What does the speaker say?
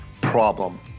problem